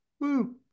Woo